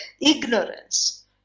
ignorance